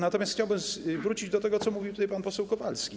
Natomiast chciałbym wrócić do tego, co mówił tutaj pan poseł Kowalski.